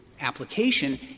application